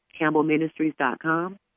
campbellministries.com